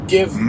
Give